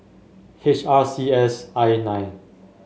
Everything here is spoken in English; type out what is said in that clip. H R C S I nine